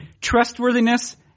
trustworthiness